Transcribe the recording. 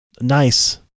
nice